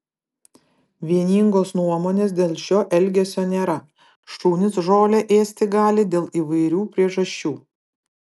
vieningos nuomonės dėl šio elgesio nėra šunys žolę ėsti gali dėl įvairių priežasčių